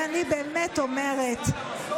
ואני באמת אומרת,